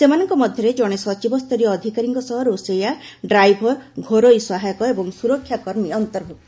ସେମାନଙ୍କ ମଧ୍ୟରେ ଜଣେ ସଚିବ ସ୍ତରୀୟ ଅଧିକାରୀଙ୍କ ସହ ରୋଷେୟା ଡ୍ରାଇଭର୍ ଘରୋଇ ସହାୟକ ଏବଂ ସୁରକ୍ଷା କର୍ମୀ ଅନ୍ତର୍ଭୁକ୍ତ